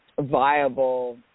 viable